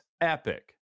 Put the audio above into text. epic